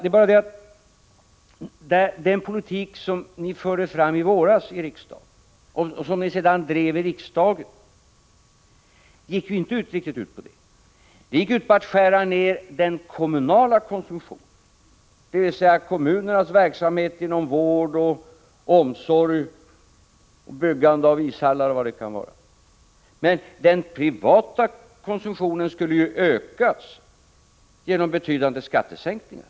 Det är bara det att den politik som ni talade för i våras och som ni drev i riksdagen inte gick ut på detta utan på att skära ned den kommunala konsumtionen, dvs. kommunernas verksamhet inom vård, omsorg, byggande av ishallar osv. Den privata konsumtionen skulle ju ökas genom betydande skattesänkningar.